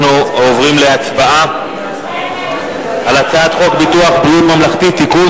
אנחנו עוברים להצבעה על הצעת חוק ביטוח בריאות ממלכתי (תיקון,